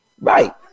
Right